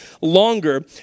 longer